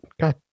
god